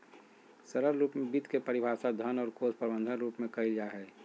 सरल रूप में वित्त के परिभाषा धन और कोश प्रबन्धन रूप में कइल जा हइ